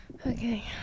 Okay